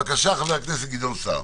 בבקשה, חבר הכנסת גדעון סער.